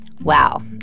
Wow